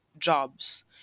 jobs